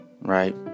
right